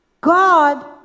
God